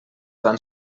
van